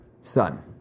son